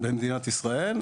במדינת ישראל.